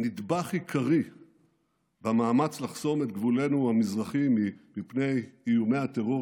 נדבך עיקרי במאמץ לחסום את גבולנו המזרחי מפני איומי הטרור,